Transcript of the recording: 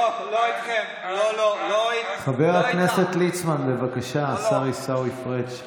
אין לנו חלק ונחלה באלוקי ישראל.